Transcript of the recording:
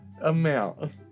Amount